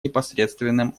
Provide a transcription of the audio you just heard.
непосредственным